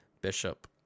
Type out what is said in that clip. Bishop